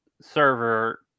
server